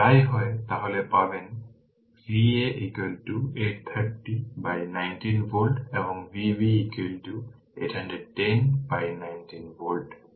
যদি তাই হয় তাহলে পাবেন Va 830 বাই 19 ভোল্ট এবং Vb 810 বাই 19 ভোল্ট